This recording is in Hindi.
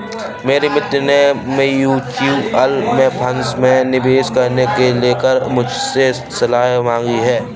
मेरे मित्र ने म्यूच्यूअल फंड में निवेश करने को लेकर मुझसे सलाह मांगी है